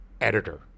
editor